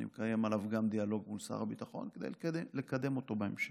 ואני מקיים עליו דיאלוג מול שר הביטחון כדי לקדם אותו בהמשך.